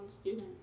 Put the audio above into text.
students